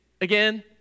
Again